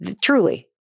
Truly